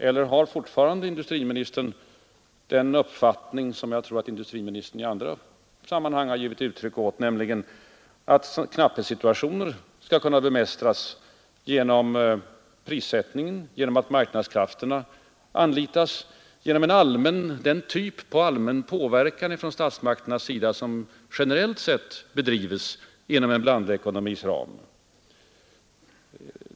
Eller har fortfarande industriministern den uppfattning som jag tror att industriministern i andra sammanhang har givit uttryck åt, nämligen att knapphetssituationer skall kunna bemästras genom prissättning, genom att marknadskrafterna anlitas, genom den typ av allmän påverkan från statsmakternas sida som generellt sett bedrivs inom en blandekonomis ram?